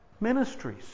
ministries